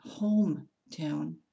hometown